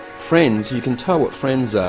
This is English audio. friends. you can tell what friends are,